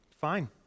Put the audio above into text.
Fine